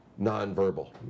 nonverbal